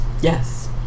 Yes